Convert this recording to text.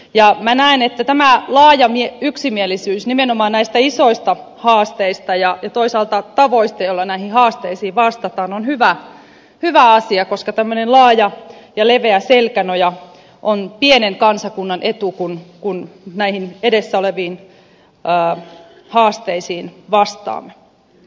ja minä näen että tämä laaja yksimielisyys nimenomaan näistä isoista haasteista ja toisaalta tavoista joilla näihin haasteisiin vastataan on hyvä asia koska tämmöinen laaja ja leveä selkänoja on pienen kansakunnan etu kun näihin edessä oleviin haasteisiin vastaamme